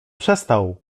przestał